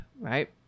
right